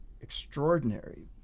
extraordinary